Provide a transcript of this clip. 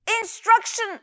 Instruction